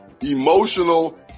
Emotional